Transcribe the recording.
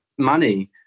money